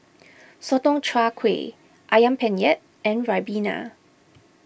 Sotong Char Kway Ayam Penyet and Ribena